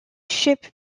ship